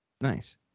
Nice